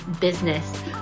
business